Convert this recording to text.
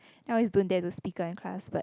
and I always don't dare to speak up in class but